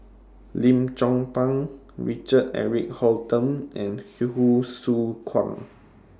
Lim Chong Pang Richard Eric Holttum and Hsu Tse Kwang